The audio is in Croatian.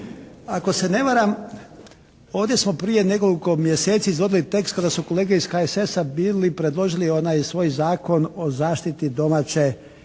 Ako se ne varam ovdje smo prije nekoliko mjeseci izvodili tekst kada su kolege iz HSS-a bili, predložili onaj svoj Zakon o zaštiti domaće,